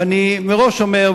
ואני מראש אומר,